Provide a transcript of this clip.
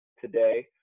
today